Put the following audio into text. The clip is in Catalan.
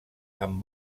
amb